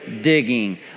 digging